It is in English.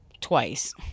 twice